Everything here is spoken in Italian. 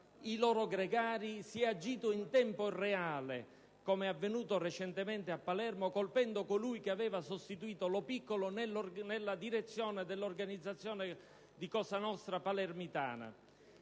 i loro gregari. Si è agito in tempo reale, come è avvenuto recentemente a Palermo, colpendo colui che aveva sostituito Lo Piccolo nella direzione dell'organizzazione di Cosa Nostra palermitana.